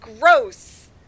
gross